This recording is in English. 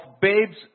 babes